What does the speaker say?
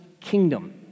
kingdom